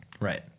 right